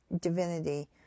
divinity